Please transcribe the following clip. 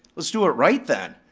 let's do it right, then.